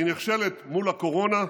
היא נכשלת מול הקורונה,